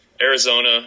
Arizona